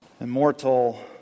Immortal